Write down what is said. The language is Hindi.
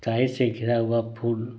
चाई से घिरा हुआ फूल